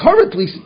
currently